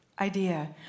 idea